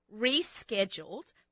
rescheduled